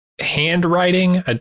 handwriting